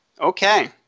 Okay